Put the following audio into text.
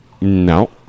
No